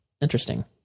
Interesting